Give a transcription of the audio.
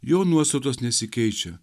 jo nuostatos nesikeičia